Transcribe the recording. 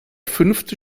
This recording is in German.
fünfte